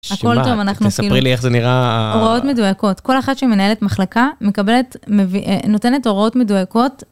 ‫שמע, תספרי לי איך זה נראה. ‫-הוראות מדויקות. ‫כל אחת שמנהלת מחלקה ‫נותנת הוראות מדויקות.